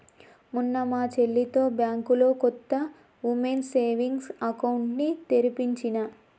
మొన్న మా చెల్లితో బ్యాంకులో కొత్త వుమెన్స్ సేవింగ్స్ అకౌంట్ ని తెరిపించినా